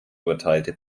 urteilte